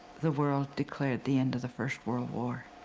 the world declared the end of the first world war.